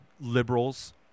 liberals